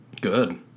Good